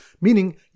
meaning